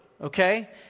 okay